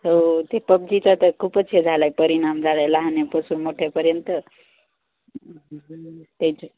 हो ते पबजीचा तर खूपच हे झालंय परिणाम झालंय लहान्यापासून मोठ्यापर्यंत तेच